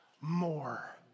more